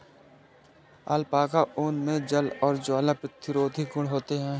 alpaca ऊन मे जल और ज्वाला प्रतिरोधी गुण होते है